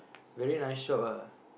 very nice shop ah